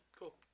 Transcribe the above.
cool